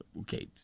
Okay